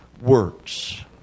works